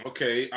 Okay